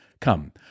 Come